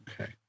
Okay